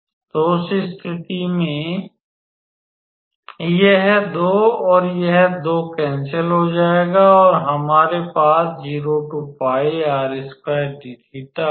तो उस स्थिति में यह 2 और यह 2 कैन्सल हो जाएगा और हमारे पास होगा